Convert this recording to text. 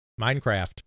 Minecraft